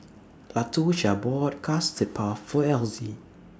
Latosha bought Custard Puff For Elzie